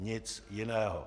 Nic jiného.